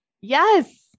Yes